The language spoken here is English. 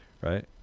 right